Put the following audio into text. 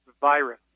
virus